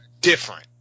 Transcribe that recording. different